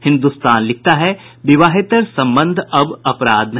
हिन्दुस्तान लिखता है विवाहेतर संबंध अब अपराध नहीं